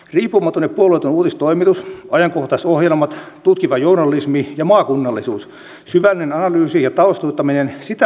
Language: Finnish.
riippumaton ja puolueeton uutistoimitus ajankohtaisohjelmat tutkiva journalismi ja maakunnallisuus syvällinen analyysi ja taustoittaminen sitä odotetaan